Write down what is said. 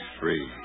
free